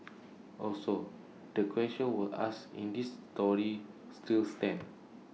also the questions we asked in this story still stand